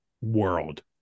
world